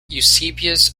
eusebius